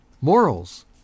Morals